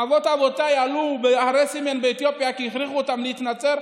אבות אבותיי עלו בהרי סמיין באתיופיה כי הכריחו אותם להתנצר,